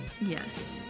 Yes